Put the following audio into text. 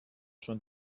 schon